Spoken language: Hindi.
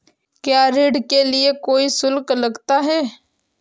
क्या ऋण के लिए कोई शुल्क लगता है?